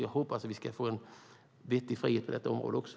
Jag hoppas att vi ska få en vettig frihet på detta område också.